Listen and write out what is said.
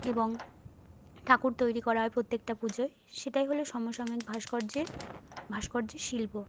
এবং ঠাকুর তৈরি করা হয় প্রত্যেকটা পুজোয় সেটাই হলো সমসাময়িক ভাস্কর্যের ভাস্কর্যের শিল্প